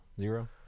Zero